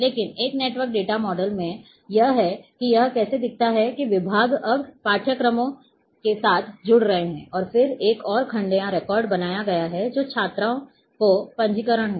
लेकिन एक network data model में यह है कि यह कैसा दिखता है कि विभाग अब पाठ्यक्रमों के साथ जुड़ रहे हैं और फिर एक और खंड या रिकॉर्ड बनाया गया है जो छात्रों का पंजीकरण है